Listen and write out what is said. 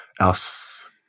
else